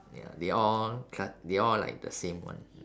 ya they all cla~ they all like the same one